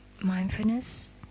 mindfulness